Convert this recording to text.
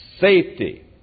safety